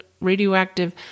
radioactive